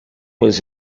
was